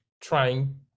trying